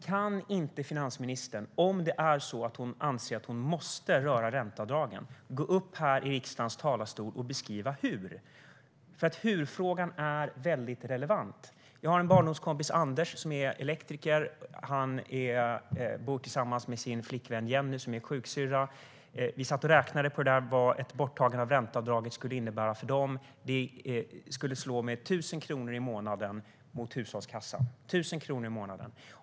Kan inte finansministern, om hon anser att hon måste röra ränteavdragen, gå upp i riksdagens talarstol och beskriva hur? Hur-frågan är nämligen väldigt relevant. Min barndomskompis Anders är elektriker och bor med sin flickvän Jenny som är sjuksyrra. Vi satt och räknade på vad ett borttagande av ränteavdragen skulle innebära för dem. Det skulle slå mot hushållskassan med 1 000 kronor i månaden.